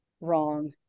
wrong